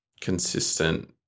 consistent